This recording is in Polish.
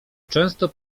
często